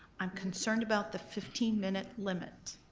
i'm concerned about the fifteen minute limit.